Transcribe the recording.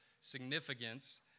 significance